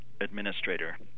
administrator